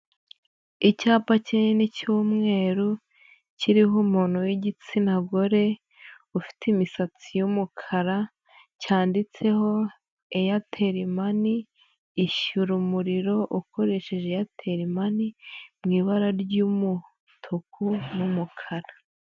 Icyapa kinini cy'umweru, kiriho umuntu w'igitsina gore, ufite imisatsi y'umukara, cyanditseho eyateri mani, ishyura umuriro ukoresheje eyateri mani mu ibara ry'umutuku n'umukara.